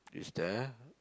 is there